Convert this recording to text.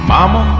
Mama